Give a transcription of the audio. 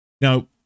Now